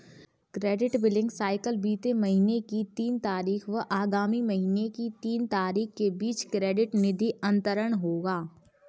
credit billing cycle बीते महीने की तीन तारीख व आगामी महीने की तीन तारीख के बीच क्रेडिट निधि अंतरण होगा